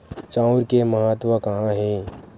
चांउर के महत्व कहां हे?